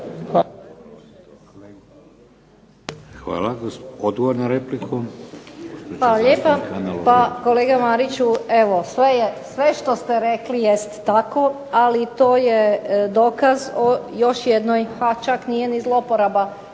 Ana (HDZ)** Hvala lijepa. Pa kolega Mariću evo sve što ste rekli jest tako, ali to je dokaz o još jednoj pa čak nije zloporaba